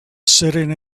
sitting